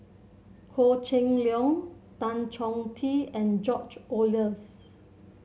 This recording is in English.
Goh Cheng Liang Tan Chong Tee and George Oehlers